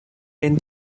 bên